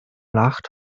lacht